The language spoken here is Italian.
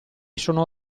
sono